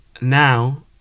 now